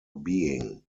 being